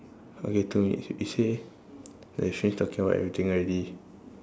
okay two minutes you say I finish talking about everything already